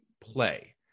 play